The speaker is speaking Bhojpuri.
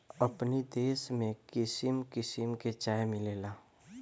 अपनी देश में किसिम किसिम के चाय मिलेला